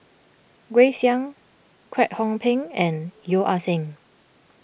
Grace Young Kwek Hong Png and Yeo Ah Seng